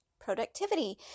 productivity